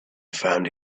found